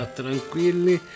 tranquilli